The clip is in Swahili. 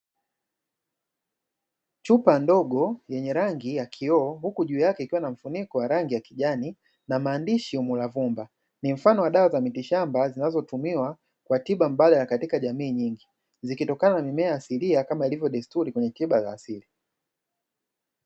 Chupa ndogo yenye rangi ya kioo huku juu yake ikiwa inamfuniko wa rangi ya kijani na maandishi ya "muravumba", ni mfano wa dawa za miti shamba zinazotumiwa kwa tiba mbaya katika jamii nyingi, zikitokana mimea asilia kama ilivyo desturi kwenye tiba za asili.